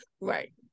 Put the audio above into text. Right